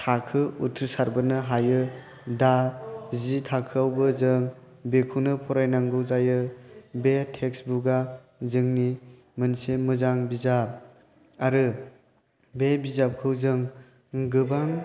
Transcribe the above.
थाखो उथ्रिसारबोनो हायो दा जि थाखोआवबो जों बेखौनो फरायनांगौ जायो बे टेक्स्त बुकआ जोंनि मोनसे मोजां बिजाब आरो बे बिजाबखौ जों गोबां